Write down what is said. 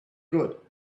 good